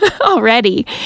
already